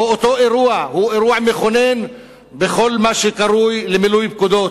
או אם אותו אירוע הוא אירוע מכונן בכל מה שקרוי מילוי פקודות,